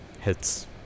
hits